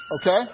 Okay